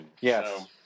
Yes